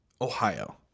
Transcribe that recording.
ohio